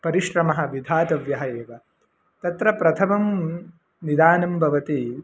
परिश्रमः विधातव्यः एव तत्र प्रथमं निदानं भवति